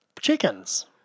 chickens